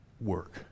work